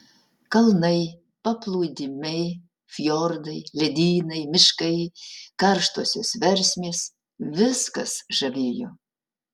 kalnai paplūdimiai fjordai ledynai miškai karštosios versmės viskas žavėjo